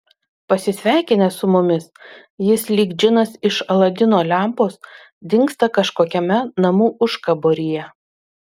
pasisveikinęs su mumis jis lyg džinas iš aladino lempos dingsta kažkokiame namų užkaboryje